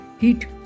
heat